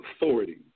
authority